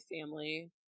family